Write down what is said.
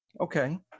Okay